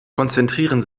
konzentrieren